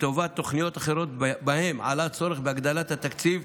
לטובת תוכניות אחרות שבהן עלה צורך בהגדלת התקציב,